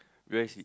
where is it